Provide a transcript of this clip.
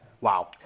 Wow